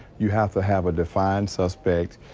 you have to have a defined suspect.